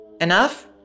Enough